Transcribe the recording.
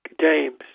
James